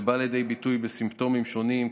זה בא לידי ביטוי בסימפטומים שונים,